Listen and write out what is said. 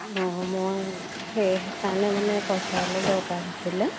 অঁ মই সেইকাৰণে মানে পইচা অলপ দৰকাৰ হৈছিলে